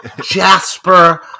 Jasper